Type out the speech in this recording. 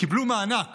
קיבלו מענק